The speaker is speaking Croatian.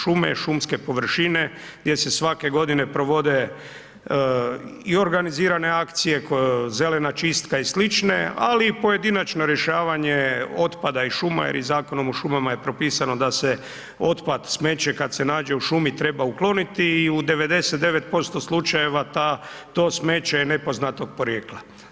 Šume, šumske površine gdje se svake godine provode i organizirane akcije, kao Zelena čistka i slične, ali i pojedinačno rješavanje otpada i šuma jer i Zakonom o šumama je propisano da se otpad, smeće kad se nađe u šumi treba ukloniti i u 99% slučajeva ta, to smeće je nepoznatog porijekla.